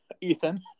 Ethan